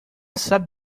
sabe